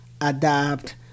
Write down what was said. adapt